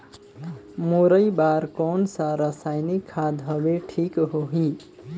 मुरई बार कोन सा रसायनिक खाद हवे ठीक होही?